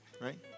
right